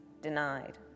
denied